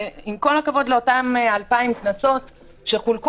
עם כל הכבוד לאותם 2,000 קנסות שהוטלו